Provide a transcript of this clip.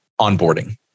onboarding